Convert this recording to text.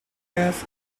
gas